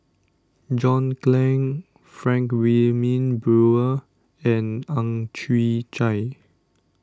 John Clang Frank Wilmin Brewer and Ang Chwee Chai